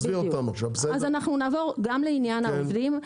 אז נעבור עכשיו גם לעניין העובדים,